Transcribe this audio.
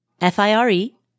F-I-R-E